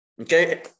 Okay